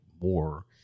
more